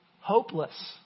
Hopeless